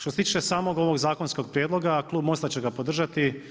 Što se tiče samog ovog zakonskog prijedloga, klub MOST-a će ga podržati,